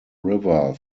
river